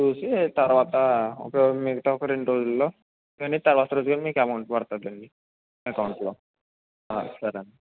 చూసి తర్వాత ఒక రోజు మిగతా రెండు రోజులలో కానీ తర్వతా రోజు మీకు అమౌంట్ పడుతుంది అండి అకౌంటులో సరే అండి